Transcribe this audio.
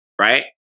right